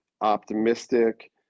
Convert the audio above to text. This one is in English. optimistic